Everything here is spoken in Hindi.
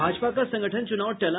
भाजपा का संगठन चुनाव टला